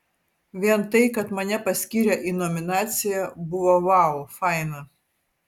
vien tai kad mane paskyrė į nominaciją buvo vau faina